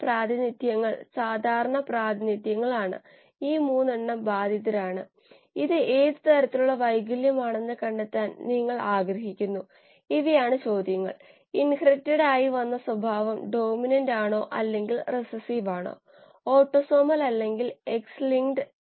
ഇനിപ്പറയുന്ന സമവാക്യത്തിൽ CHmOl a NH3 b O2 → yx CHpOnNq yp CHrOsNt c H2O d CO2 കോശ oxygen yield coefficient കണക്കാക്കുക Yx o നിർവചിച്ചിരിക്കുന്നത് 𝛤𝑠 𝛤𝑥 𝛤𝑝 𝜖 𝜂 𝜁